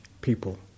people